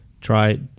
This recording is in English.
try